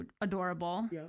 adorable